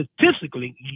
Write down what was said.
statistically